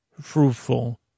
fruitful